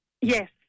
Yes